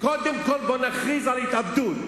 קודם כול בוא נכריז על התאבדות,